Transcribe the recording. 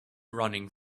running